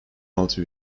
altı